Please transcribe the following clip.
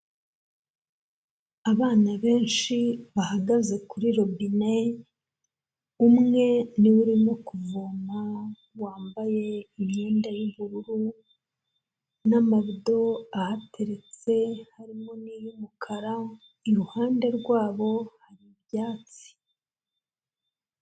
Abana benshi bahagaze kuri robine umwe ni we urimo kuvoma, wambaye imyenda y'ubururu n'amabido ahateretse harimo n'iy'umukara, iruhande rwabo hari ibyatsi.